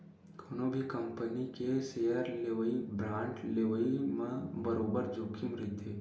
कोनो भी कंपनी के सेयर लेवई, बांड लेवई म बरोबर जोखिम रहिथे